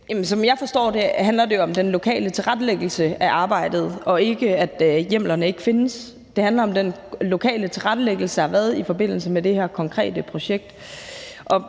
Som jeg forstår det, handler det jo om den lokale tilrettelæggelse af arbejdet og ikke om, at hjemlerne ikke findes. Det handler om den lokale tilrettelæggelse, der har været i forbindelse med det her konkrete projekt,